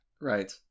Right